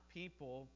people